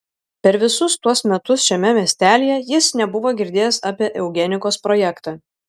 per visus tuos metus šiame miestelyje jis nebuvo girdėjęs apie eugenikos projektą